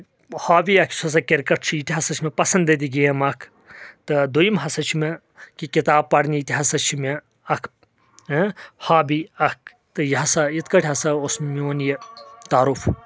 hobby اکھ چھ سۄ کرکٹ چھُ یہِ تہِ ہسا چھُ مےٚ پسنٛد دیدٕ گیم اکھ تہٕ دوٚیِم ہسا چھِ مےٚ کہِ کِتاب پرنہِ یہِ تہِ ہسا چھِ مےٚ اکُھ ہابی اکھ تہٕ یہِ ہسا یتھ کٲنٛٹھۍ ہسا اوس میون یہ تعارُف